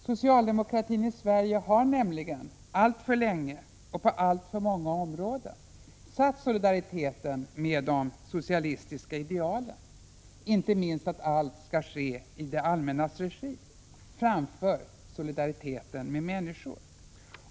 Socialdemokratin i Sverige har nämligen alltför länge och på alltför många områden satt solidariteten med de socialistiska idealen — inte minst att allt skall ske i det allmännas regi — framför solidariteten med människor.